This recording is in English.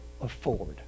afford